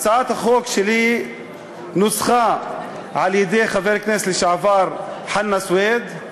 הצעת החוק שלי נוסחה על-ידי חבר הכנסת לשעבר חנא סוייד,